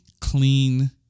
clean